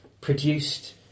produced